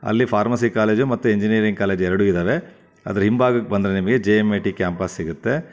ಅಲ್ಲಿ pharmacy college ಮತ್ತೆ engineering college ಎರಡು ಇದಾವೆ ಅದ್ರ ಹಿಂಭಾಗ ಬಂದ್ರೆ J M I T campus ಸಿಗುತ್ತೆ